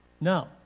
Now